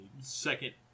second